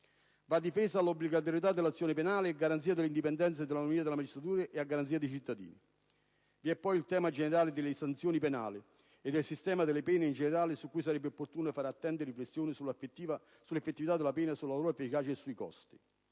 Va difesa l'obbligatorietà dell'azione penale, a garanzia dell'indipendenza e dell'autonomia della magistratura e a garanzia dei cittadini. Vi è poi il tema delle sanzioni penali e del sistema delle pene in generale, su cui sarebbe opportuno fare attente riflessioni, a proposito della effettività delle pene, della loro efficacia e dei costi.